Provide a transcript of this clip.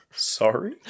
sorry